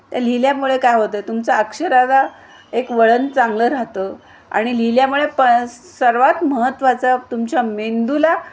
त्या लिहिल्यामुळे काय होतं आहे तुमचा अक्षराला एक वळण चांगलं राहतं आणि लिहिल्यामुळे प सर्वात महत्त्वाचं तुमच्या मेंदूला